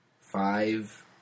five